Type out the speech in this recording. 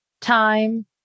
time